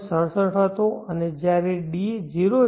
67 હતો અને જ્યારે d 0 છે